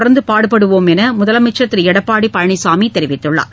தொடர்ந்து பாடுபடுவோம் என முதலமைச்சர் திரு எடப்பாடி பழனிசாமி தெரிவித்துள்ளார்